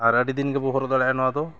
ᱟᱨ ᱟᱹᱰᱤ ᱫᱤᱱ ᱜᱮᱵᱚᱱ ᱦᱚᱨᱚᱜ ᱫᱟᱲᱮᱭᱟᱜᱼᱟ ᱱᱚᱣᱟ ᱫᱚ